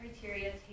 Criteria